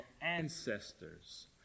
ancestors